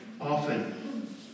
Often